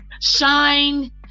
Shine